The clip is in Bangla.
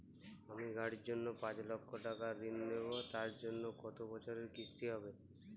আমি গাড়ির জন্য পাঁচ লক্ষ টাকা ঋণ নেবো তার জন্য কতো বছরের কিস্তি হবে?